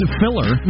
filler